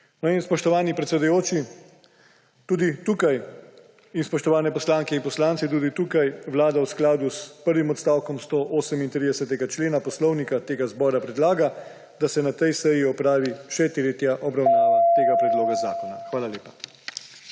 Spoštovani predsedujoči in spoštovani poslanke in poslanci! Tudi tukaj vlada v skladu s prvim odstavkom 138. člena Poslovnika Državnega tega zbora predlaga, da se na tej seji opravi še tretja obravnava tega predloga zakona. Hvala lepa.